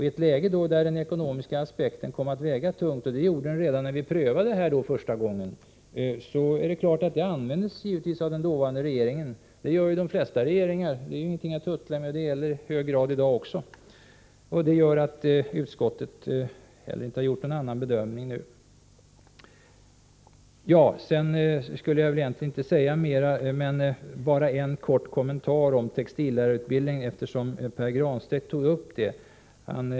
I ett läge då den ekonomiska aspekten kom att väga tungt, och det gjorde den redan när vi prövade det här första gången, användes den naturligt nog av den dåvarande regeringen. Så gör de flesta regeringar; det är ingenting att hyckla med. Det gäller i hög grad idag också. Detta gör att utskottet heller inte gjort en annan bedömning nu. Jag skulle egentligen inte säga mer, men jag skall ge en kort kommentar till textillärarutbildningen, eftersom Pär Granstedt tog upp frågan.